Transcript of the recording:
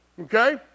Okay